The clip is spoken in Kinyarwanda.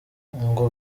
ngo